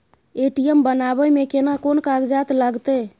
ATM बनाबै मे केना कोन कागजात लागतै?